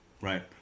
right